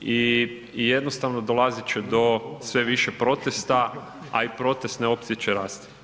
i jednostavno dolazit će do sve više protesta, a i protestne opcije će rasti.